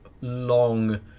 long